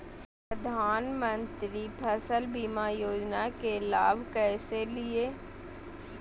प्रधानमंत्री फसल बीमा योजना के लाभ कैसे लिये?